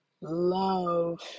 love